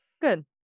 good